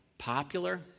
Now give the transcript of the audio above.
popular